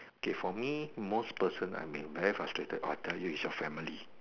K for me most person I been very frustrated I'll tell you is your family